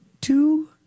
two